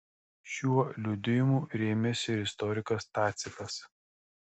šiuo liudijimu rėmėsi ir istorikas tacitas